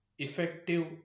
effective